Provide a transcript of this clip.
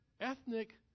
ethnic